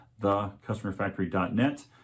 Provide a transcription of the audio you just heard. thecustomerfactory.net